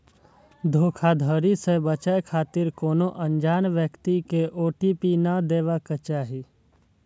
धोखाधड़ी सं बचै खातिर कोनो अनजान व्यक्ति कें ओ.टी.पी नै देबाक चाही